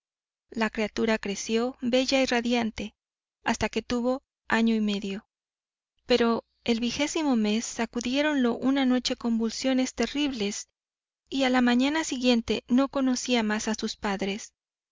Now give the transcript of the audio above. la criatura creció bella y radiante hasta que tuvo año y medio pero en el vigésimo mes sacudiéronlo una noche convulsiones terribles y a la mañana siguiente no conocía más a sus padres